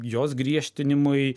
jos griežtinimui